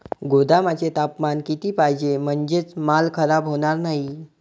गोदामाचे तापमान किती पाहिजे? म्हणजे माल खराब होणार नाही?